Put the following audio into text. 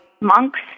monks